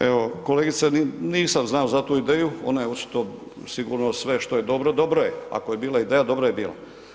Evo kolegice nisam znao za tu ideju, ona je uz to sigurno sve što je dobro, dobro je, ako je bila ideja dobra je bila.